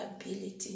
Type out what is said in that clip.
ability